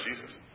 Jesus